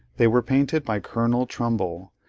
they were painted by colonel trumbull,